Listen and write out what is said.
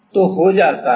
तो हो जाता है